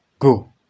Go